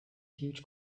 huge